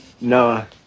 Noah